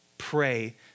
pray